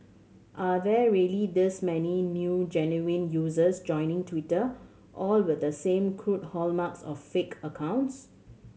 are there really this many new genuine users joining Twitter all with the same crude hallmarks of fake accounts